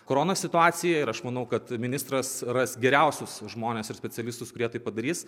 korona situaciją ir aš manau kad ministras ras geriausius žmones ir specialistus kurie tai padarys